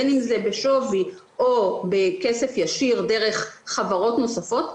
בין אם זה בשווי או בכסף ישיר דרך חברות נוספות,